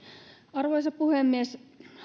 arvoisa puhemies